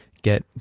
get